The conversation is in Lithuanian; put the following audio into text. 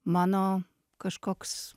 mano kažkoks